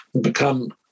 become